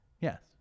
Yes